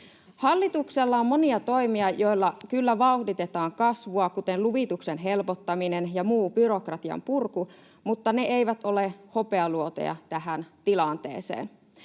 Hallituksella on monia toimia, joilla kyllä vauhditetaan kasvua, kuten luvituksen helpottaminen ja muu byrokratian purku, mutta ne eivät ole hopealuoteja tähän tilanteeseen.